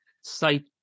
site